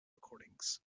recordings